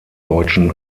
deutschen